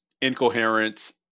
incoherent